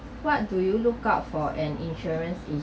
what do you look out for an insurance in